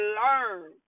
learn